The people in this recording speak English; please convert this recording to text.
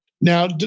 Now